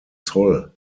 zoll